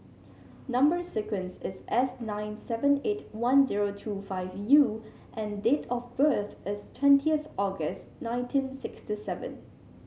number sequence is S nine seven eight one zero two five U and date of birth is twentieth August nineteen sixty seven